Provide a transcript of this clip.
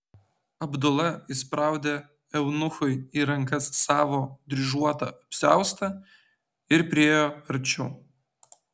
abdula įspraudė eunuchui į rankas savo dryžuotą apsiaustą ir priėjo arčiau